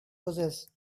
roses